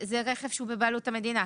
זה רכב שהוא בבעלות המדינה.